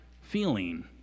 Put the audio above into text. feeling